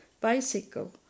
bicycle